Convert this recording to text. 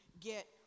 get